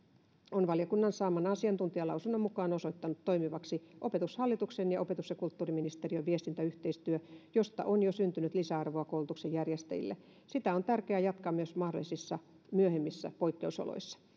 on valiokunnan saaman asiantuntijalausunnon mukaan osoittautunut toimivaksi opetushallituksen ja opetus ja kulttuuriministeriön viestintäyhteistyö josta on jo syntynyt lisäarvoa koulutuksen järjestäjille sitä on tärkeää jatkaa myös mahdollisissa myöhemmissä poikkeusoloissa